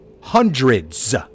hundreds